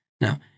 Now